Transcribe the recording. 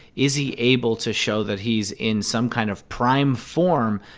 is he able to show that he's in some kind of prime form?